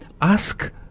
ask